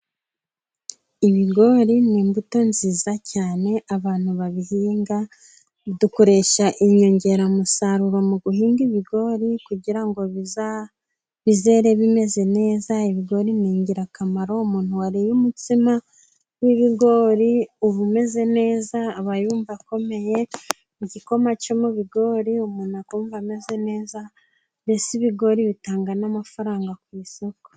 Ibigori ni imbuto nziza cyane, abantu babihinga, dukoresha inyongeramusaruro mu guhinga ibigori, kugira ngo bizere bimeze neza. Ibigori ni ingirakamaro, umuntu wariye umutsima w'ibigori, uba umeze neza, aba yumva akomeye, mu gikoma cyo mu bigori, umuntu akumva ameze neza, mbese ibigori bitanga n'amafaranga ku isoko.